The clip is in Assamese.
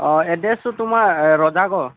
অ এড্ৰেছটো তোমাৰ ৰজাগড়